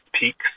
peaks